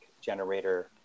generator